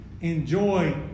enjoy